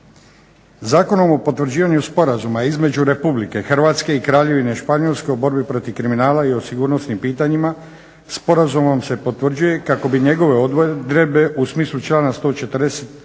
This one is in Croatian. Zakonom o potvrđivanju Sporazuma između Republike Hrvatske i Kraljevine Španjolske u borbi protiv kriminala i o sigurnosnim pitanjima, sporazumom se potvrđuje kako bi njegove odredbe u smislu člana 140.